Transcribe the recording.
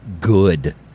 Good